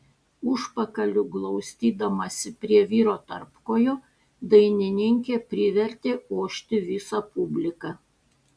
užpakaliu glaustydamasi prie vyro tarpkojo dainininkė privertė ošti visą publiką